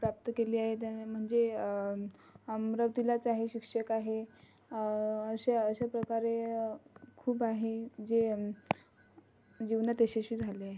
प्राप्त केली आहे त्याने म्हणजे अमरावतीलाच आहे शिक्षक आहे अशा अशाप्रकारे खूप आहे जे जीवनात यशस्वी झाले